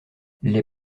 les